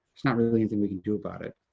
not really anything we can do about it.